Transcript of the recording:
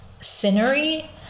scenery